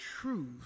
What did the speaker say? truth